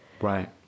Right